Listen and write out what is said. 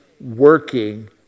working